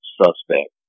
suspect